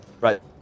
right